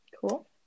cool